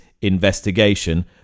investigation